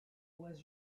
was